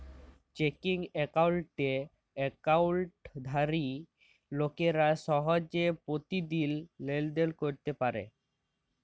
checking একাউল্টে একাউল্টধারি লোকেরা সহজে পতিদিল লেলদেল ক্যইরতে পারে